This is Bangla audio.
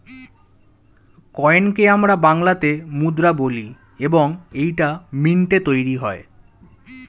কয়েনকে আমরা বাংলাতে মুদ্রা বলি এবং এইটা মিন্টে তৈরী হয়